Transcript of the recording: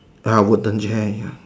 uh wooden chair ya